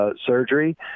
surgery